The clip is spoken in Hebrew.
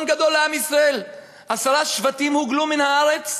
גדול לעם ישראל: עשרה שבטים הוגלו מן הארץ,